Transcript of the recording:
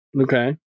Okay